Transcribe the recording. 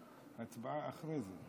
הצבעה אחרי זה.